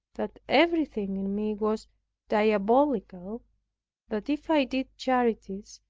that everything in me was diabolical that if i did charities,